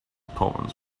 poems